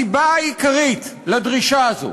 הסיבה העיקרית לדרישה הזאת